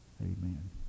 amen